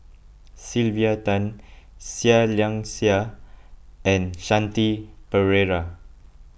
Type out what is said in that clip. Sylvia Tan Seah Liang Seah and Shanti Pereira